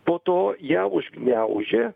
po to ją užgniaužė